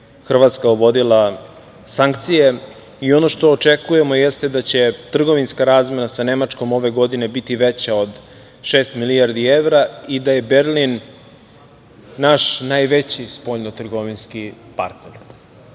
Hrvatska uvodila sankcije i ono što očekujemo jeste da će trgovinska razmena sa Nemačkom ove godine biti veća od šest milijardi evra i da je Berlin naš najveći spoljnotrgovinski partner. Što